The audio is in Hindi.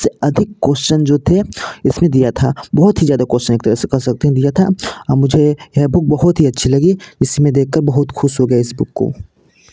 अधिक से अधिक कोस्सन जो थे इसमें दिया था बहुत ही ज़्यादा कोस्सन एक तरह से कह सकते हैं दिया था मुझे यह बुक बहुत ही अच्छी लगी जिससे मैं देखकर बहुत खुश हो गया इस बुक को